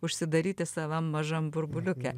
užsidaryti savam mažam burbuliuke